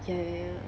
ya ya ya